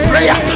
Prayer